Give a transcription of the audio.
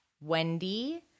Wendy